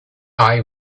eye